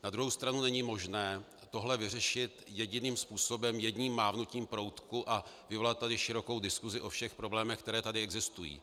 Na druhou stranu není možné tohle vyřešit jediným způsobem, jedním mávnutím proutku a vyvolat tady širokou diskusi o všech problémech, které tady existují.